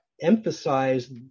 emphasize